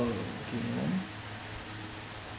give me a moment